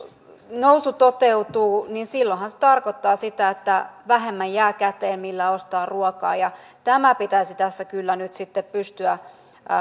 nousu toteutuu niin silloinhan se tarkoittaa sitä että käteen jää vähemmän millä ostaa ruokaa tämä pitäisi tässä kyllä nyt pystyä